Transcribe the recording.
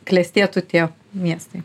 klestėtų tie miestai